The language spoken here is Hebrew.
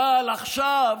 אבל עכשיו